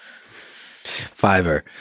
Fiverr